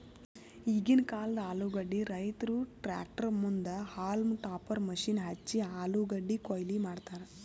ಈಗಿಂದ್ ಕಾಲ್ದ ಆಲೂಗಡ್ಡಿ ರೈತುರ್ ಟ್ರ್ಯಾಕ್ಟರ್ ಮುಂದ್ ಹೌಲ್ಮ್ ಟಾಪರ್ ಮಷೀನ್ ಹಚ್ಚಿ ಆಲೂಗಡ್ಡಿ ಕೊಯ್ಲಿ ಮಾಡ್ತರ್